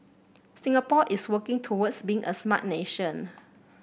Singapore is working towards being a smart nation